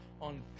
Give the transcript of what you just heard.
on